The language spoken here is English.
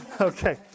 Okay